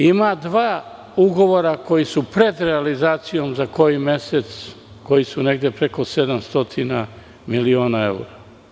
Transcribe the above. Ima dva ugovora koji su pred realizacijom za koji mesec, koji su negde preko 700.000.000 evra.